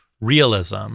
realism